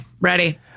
Ready